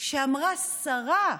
שדיברה סרה,